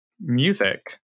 music